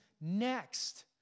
next